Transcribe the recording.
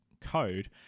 code